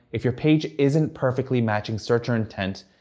if your page isn't perfectly matching searcher intent,